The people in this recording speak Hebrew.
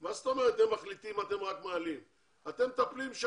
מה זאת אומרת הם מחליטים ואתם רק מעלים?